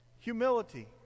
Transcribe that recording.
Humility